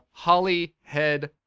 Hollyhead